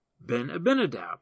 Ben-Abinadab